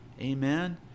Amen